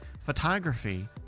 photography